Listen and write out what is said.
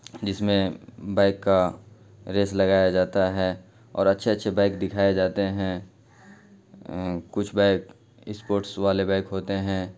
جس میں بائک کا ریس لگایا جاتا ہے اور اچھے اچھے بائک دکھائے جاتے ہیں کچھ بائک اسپوٹس والے بائک ہوتے ہیں